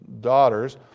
daughters